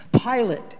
Pilate